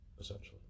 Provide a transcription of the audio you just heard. essentially